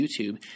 YouTube